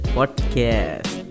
Podcast